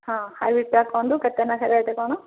ହଁ ହାଇବ୍ରିଡ଼୍ଟା କୁହନ୍ତୁ କେତେ ଲେଖାଏଁ ରେଟ୍ କ'ଣ